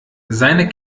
seine